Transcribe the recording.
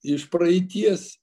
iš praeities